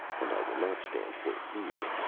and i will not stand for fear,